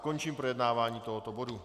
Končím projednávání tohoto bodu.